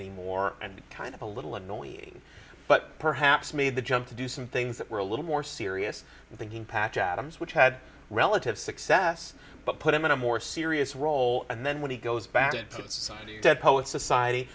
anymore and kind of a little annoying but perhaps made the jump to do some things that were a little more serious than thinking patch adams which had relative success but put him in a more serious role and then when he goes back into the society dead poets society